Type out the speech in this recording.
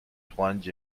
plunge